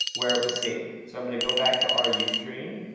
where it was saved. so i'm going to go back to ru stream,